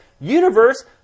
universe